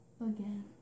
again